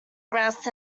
rust